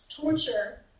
torture